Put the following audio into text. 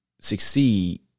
succeed